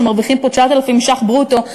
שמרוויחים פה 9,000 ש"ח ברוטו,